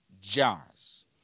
jars